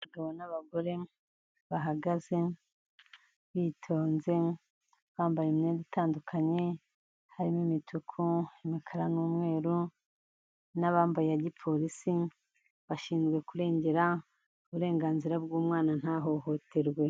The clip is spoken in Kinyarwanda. Abagabo n'abagore bahagaze, bitonze, bambaye imyenda itandukanye, harimo imituku, imikara n'umweru, n'abambaye iya gipolisi bashinzwe kurengera uburenganzira bw'umwana ntahohoterwe.